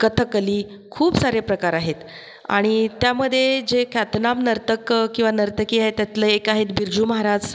कथकली खूप सारे प्रकार आहेत आणि त्यामध्ये जे ख्यातनाम किंवा नर्तकी आहेत त्यातल एक आहे बिरजु महाराज